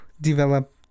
develop